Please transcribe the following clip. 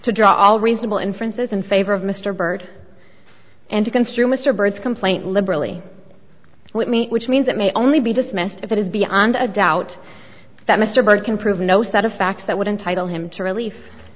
to drop all reasonable inferences in favor of mr byrd and to construe mr bird's complaint liberally with me which means it may only be dismissed if it is beyond a doubt that mr burke can prove no set of facts that would entitle him to relief